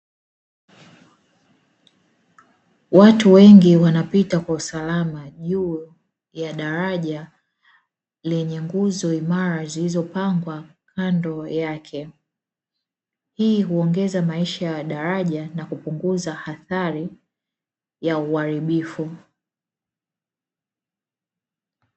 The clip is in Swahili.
Watu wengi wanapita kwa usalama juu ya daraja lenye nguzo imara zilizopangwa kando yake. Hii huongeza maisha ya daraja na kupunguza athari ya uharibifu.